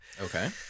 Okay